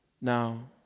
Now